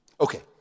Okay